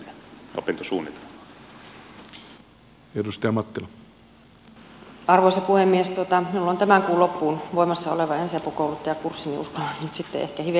minulla on tämän kuun loppuun asti voimassa oleva ensiapukouluttajan kurssi niin että uskallan nyt sitten ehkä hivenen ottaa kantaa